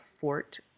fort